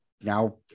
now